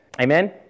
Amen